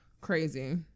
crazy